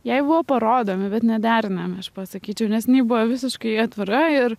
jai buvo parodomi bet nederinami aš pasakyčiau nes jinai buvo visiškai atvira ir